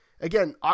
again